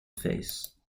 face